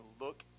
look